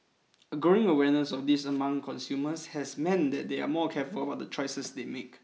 a growing awareness of this among consumers has meant they are more careful about the choices they make